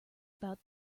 about